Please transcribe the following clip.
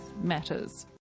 Matters